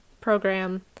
Program